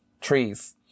trees